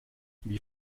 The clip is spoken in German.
wie